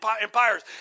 empires